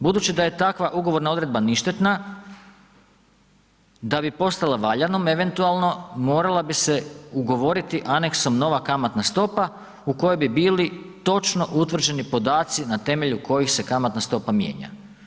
Budući da je takva ugovorna odredba ništetna, da bi postala valjanom eventualno, morala bi se ugovoriti aneksom nova kamatna stopa u kojoj bi bili točno utvrđeni podaci na temelju kojih se kamatna stopa mijenja.